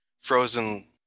frozen